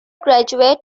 graduate